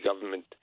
government